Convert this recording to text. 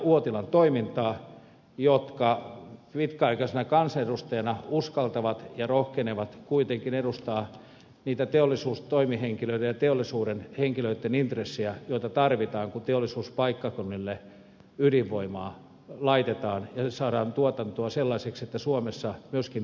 uotilan toimintaa jotka pitkäaikaisina kansanedustajina uskaltavat ja rohkenevat kuitenkin edustaa niitä teollisuustoimihenkilöiden ja teollisuuden henkilöitten intressejä joita tarvitaan kun teollisuuspaikkakunnille ydinvoimaa laitetaan ja saadaan tuotantoa sellaiseksi että suomessa myöskin teollisuus säilyy